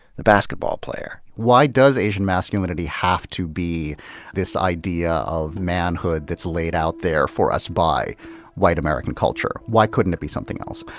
the basketball player. why does asian masculinity have to be this idea of manhood that's laid out there for us by white american culture? why couldn't it be something else?